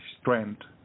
strength